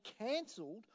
cancelled